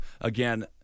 Again